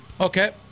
Okay